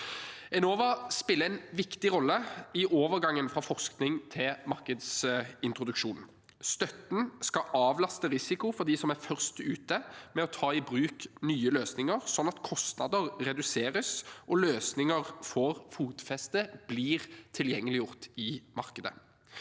Enova spiller en viktig rolle i overgangen fra forskning til markedsintroduksjon. Støtten skal avlaste risiko for dem som er først ute med å ta i bruk nye løsninger, sånn at kostnader reduseres og løsninger får fotfeste og blir tilgjengeliggjort i markedet.